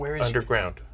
Underground